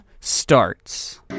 starts